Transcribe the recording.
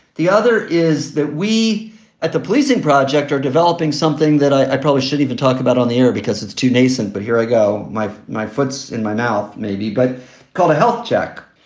the other is that we at the policing project are developing something that i probably should even talk about on the air because it's too nascent. but here i go. my my foot's in my mouth maybe, but called a health check,